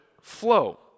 flow